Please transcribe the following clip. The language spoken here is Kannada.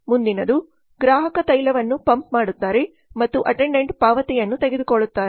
ಮುಂದಿನದು ಗ್ರಾಹಕ ತೈಲವನ್ನು ಪಂಪ್ ಮಾಡುತ್ತಾರೆ ಮತ್ತು ಅಟೆಂಡೆಂಟ್ ಪಾವತಿಯನ್ನು ತೆಗೆದುಕೊಳ್ಳುತ್ತಾರೆ